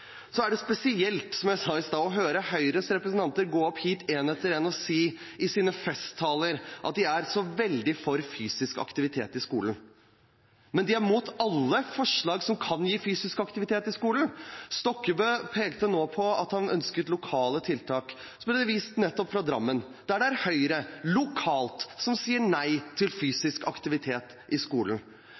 så veldig for fysisk aktivitet i skolen, mens de er mot alle forslag som kan gi fysisk aktivitet i skolen. Stokkebø pekte nå på at han ønsket lokale tiltak. Så ble det vist til Drammen, der det er Høyre lokalt som sier nei til fysisk aktivitet i skolen.